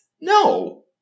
No